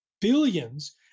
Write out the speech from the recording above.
billions